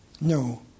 No